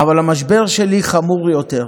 אבל המשבר שלי חמור יותר: